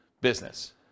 business